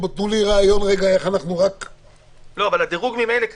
תנו לי רעיון איך אנחנו --- הדירוג ממילא קיים.